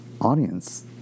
audience